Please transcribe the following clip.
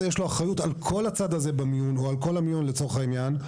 יש אחריות על כל הצד הזה במיון או על כל המיון לצורך העניין.